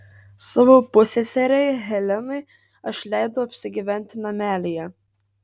savo pusseserei helenai aš leidau apsigyventi namelyje